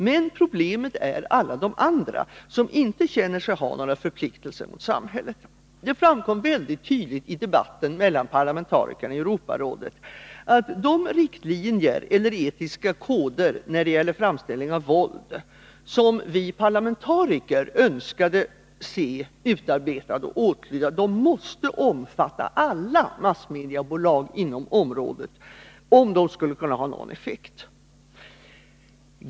Men problemet är alla de andra som inte känner sig ha några förpliktelser mot samhället. Det framkom mycket tydligt i debatten mellan parlamentarikerna i Europarådet att de riktlinjer eller etiska koder när det gäller framställning av våld som vi parlamentariker önskade se utarbetade och åtlydda, måste omfatta alla massmediebolag inom området, om de skulle kunna ha någon effekt.